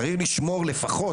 צריך לפחות לשמור,